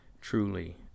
truly